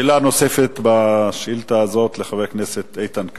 שאלה נוספת בשאילתא הזאת לחבר הכנסת איתן כבל,